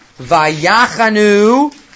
Vayachanu